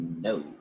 No